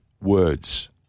words